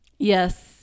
Yes